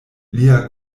lia